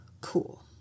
Cool